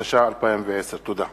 התש"ע 2010. תודה.